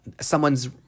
someone's